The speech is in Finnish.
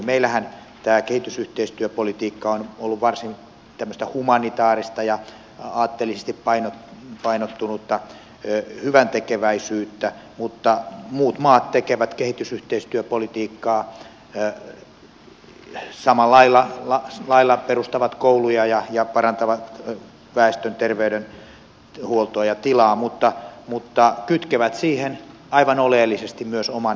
meillähän kehitysyhteistyöpolitiikka on ollut varsin tämmöistä humanitääristä ja aatteellisesti painottunutta hyväntekeväisyyttä mutta muut maat tekevät kehitysyhteistyöpolitiikaa samalla lailla perustavat kouluja ja parantavat väestön terveydenhuoltoa ja tilaa siten että kytkevät siihen aivan oleellisesti myös oman vientipolitiikan